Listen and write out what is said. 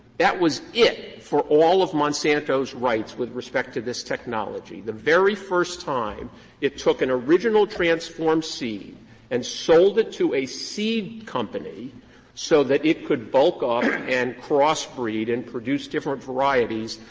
that was it for all of monsanto's rights with respect to this technology. the very first time it took an original transformed seed and sold it to a seed company so that it could bulk up and cross-breed and produce different varieties,